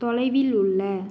தொலைவில் உள்ள